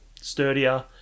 sturdier